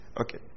Okay